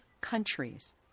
Countries